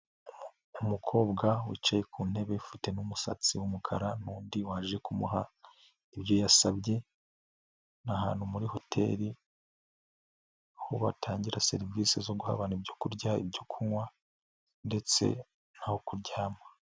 Umukobwa wicaye ku ntebe ufite n'umusatsi w'umukara n'undi waje kumuha ibyo yasabye, ni ahantu muri hoteli aho batangira serivisi zo guha abantu ibyo kurya, ibyo kunywa ndetse n'aho kuryama.